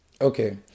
Okay